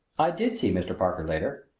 i did see mr. parker later,